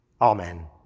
Amen